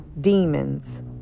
demons